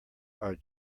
are